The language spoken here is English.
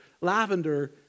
Lavender